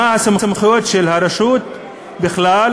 מה הסמכויות של הרשות בכלל,